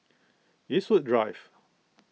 Eastwood Drive